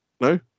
No